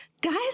guys